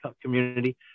community